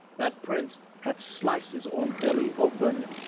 that prince had sliced his own belly open.